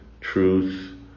truth